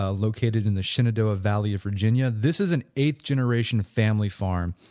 ah located in the shenandoah valley, virginia. this is an eighth generation family farm.